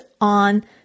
on